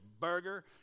burger